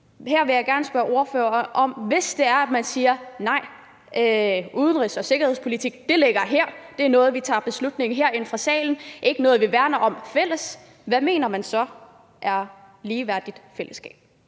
Her vil jeg gerne spørge ordføreren: Hvis man siger at udenrigs- og sikkerhedspolitik ligger her, og at det er noget, vi tager beslutning om herinde i salen, og at det ikke er noget, vi varetager i fællesskab, hvad mener man så er et ligeværdigt fællesskab?